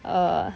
err